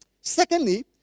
Secondly